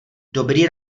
dobrý